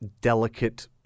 delicate